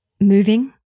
moving